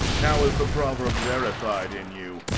now is the proverb verified in you,